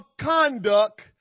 conduct